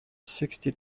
sixty